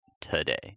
today